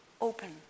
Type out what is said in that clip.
open